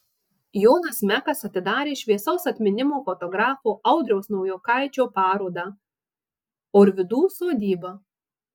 jonas mekas atidarė šviesaus atminimo fotografo audriaus naujokaičio parodą orvidų sodyba